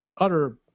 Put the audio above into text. utter